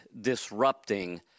disrupting